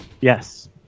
Yes